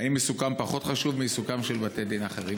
האם עיסוקם פחות חשוב מעיסוקם של בתי דין אחרים?